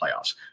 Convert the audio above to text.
playoffs